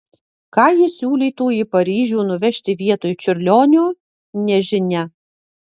ką ji siūlytų į paryžių nuvežti vietoj čiurlionio nežinia